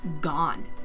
gone